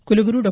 कुलगुरू डॉ